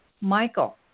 Michael